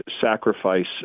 sacrifice